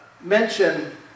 mention